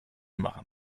machen